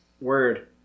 Word